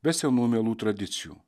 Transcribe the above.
be senų mielų tradicijų